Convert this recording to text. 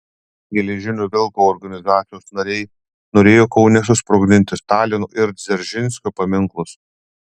geležinio vilko organizacijos nariai norėjo kaune susprogdinti stalino ir dzeržinskio paminklus